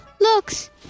looks